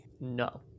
No